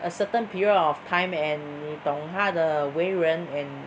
a certain period of time and 你懂他的为人 and